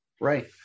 Right